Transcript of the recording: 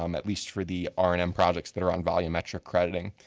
um at least for the r and m projects that are on volume et trick crediting.